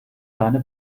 deine